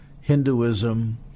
Hinduism